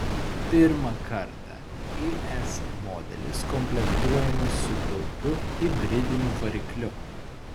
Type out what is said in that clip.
pirmą kartą is modelis komplektuojamas su taupiu hibridiniu varikliu